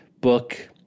book